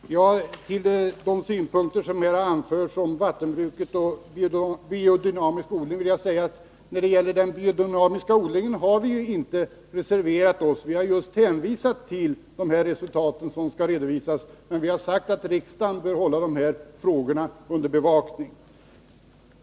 Herr talman! Jag vill säga några ord med anledning av de synpunkter som här har anförts om vattenbruket och biodynamisk odling. När det gäller den biodynamiska odlingen har vi inte reserverat oss utan just hänvisat till de resultat som skall redovisas. Men vi har sagt att riksdagen bör hålla dessa frågor under bevakning.